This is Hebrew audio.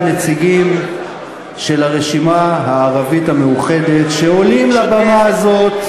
נציגים של הרשימה הערבית המאוחדת שעולים לבמה הזאת,